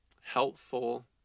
helpful